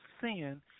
sin